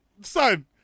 son